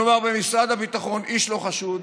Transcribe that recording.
כלומר במשרד הביטחון איש לא חשוד,